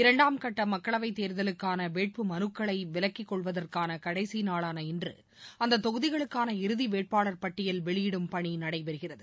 இரண்டாம்கட்ட மக்களவை தேர்தலுக்கான வேட்புமலுக்களை விலக்கி கொள்வதற்கான கடைசி நாளான இன்று அந்த தொகுதிகளுக்கான இறுதி வேட்பாளர் பட்டியல் வெளியிடும் பணி நடைபெறுகிறது